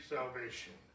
Salvation